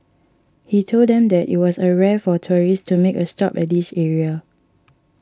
he told them that it was a rare for tourists to make a stop at this area